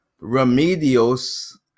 Remedios